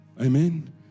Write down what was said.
Amen